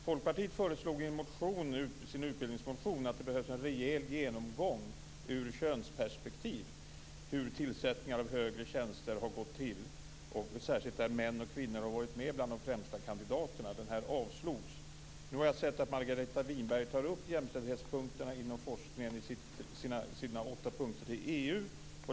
Folkpartiet föreslog i sin utbildningsmotion att man skulle göra en rejäl genomgång ur könsperspektiv av hur tillsättningar av högre tjänster har gått till, särskilt där både män och kvinnor varit med bland de främsta kandidaterna. Den här motionen avslogs. Nu har jag sett att Margareta Winberg tar upp jämställdspunkterna inom forskningen i sina åtta punkter till EU.